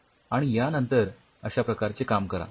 आणि यानंतर अश्या प्रकारचे काम करा